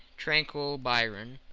tranquil byron,